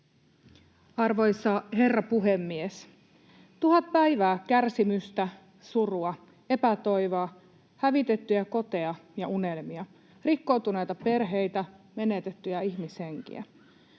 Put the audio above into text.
Arvoisa herra puhemies! Tuhat päivää kärsimystä, surua, epätoivoa, hävitettyjä koteja ja unelmia, rikkoutuneita perheitä, menetettyjä ihmishenkiä.